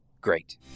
Great